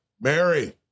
Mary